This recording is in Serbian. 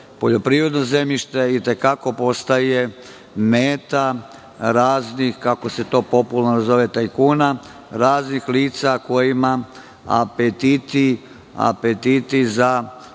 poljoprivredno zemljište postaje meta raznih, kako se to popularno zove, tajkuna, raznih lica kojima apetiti za